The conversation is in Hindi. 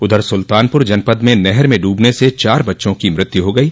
उधर सुल्तानपुर जनपद में नहर में डूबने से चार बच्चों की मौत हो गयी